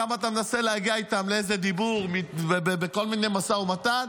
כמה שאתה מנסה להגיע איתם לאיזה דיבור ומשא ומתן,